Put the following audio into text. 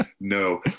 No